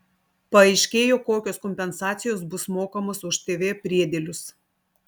paaiškėjo kokios kompensacijos bus mokamos už tv priedėlius